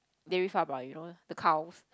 dairy farm lah you know the cows